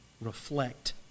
reflect